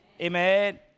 Amen